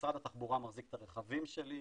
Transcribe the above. משרד התחבורה מחזיק את הרכבים שלי,